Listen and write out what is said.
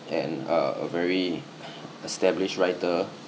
and uh a very established writer